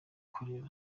gukorera